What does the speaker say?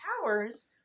powers